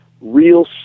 real